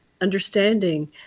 understanding